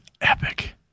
epic